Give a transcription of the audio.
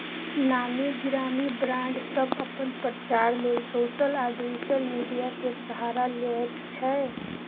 नामी गिरामी ब्राँड सब अपन प्रचार लेल सोशल आ डिजिटल मीडिया केर सहारा लैत छै